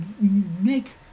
make